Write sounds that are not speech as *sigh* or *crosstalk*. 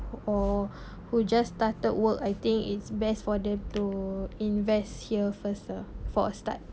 or *breath* who just started work I think it's best for them to invest here first ah for a start